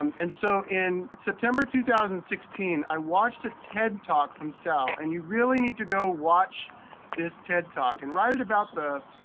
um and so in september two thousand and sixteen, i watched a ted talk from sal. and you really need to go watch this ted talk. and right at about the,